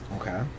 Okay